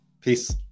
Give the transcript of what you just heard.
Peace